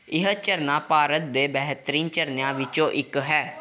ਇਹ ਝਰਨਾ ਭਾਰਤ ਦੇ ਬਿਹਤਰੀਨ ਝਰਨਿਆਂ ਵਿੱਚੋਂ ਇੱਕ ਹੈ